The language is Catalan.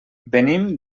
venim